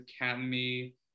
Academy